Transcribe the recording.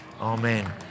amen